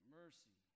mercy